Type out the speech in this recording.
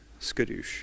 skadoosh